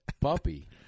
puppy